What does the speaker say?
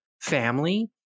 family